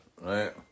Right